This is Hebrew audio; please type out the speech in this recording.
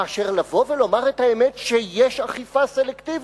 מאשר לבוא ולומר את האמת, שיש אכיפה סלקטיבית,